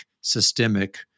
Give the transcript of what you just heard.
systemic